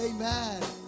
amen